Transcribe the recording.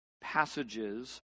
passages